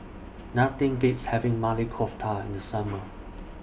Nothing Beats having Maili Kofta in The Summer